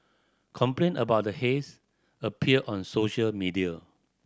complaint about the haze appeared on social media